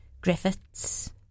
Griffiths